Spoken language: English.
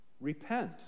Repent